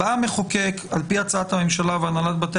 בא המחוקק - על פי הצעת הממשלה והנהלת בתי